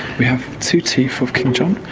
we have two teeth of king john.